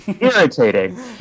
irritating